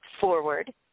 forward